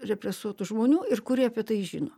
represuotų žmonių ir kurie apie tai žino